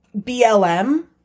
BLM